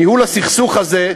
"ניהול הסכסוך" הזה,